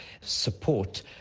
support